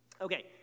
okay